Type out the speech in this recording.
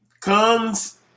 comes